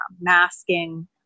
masking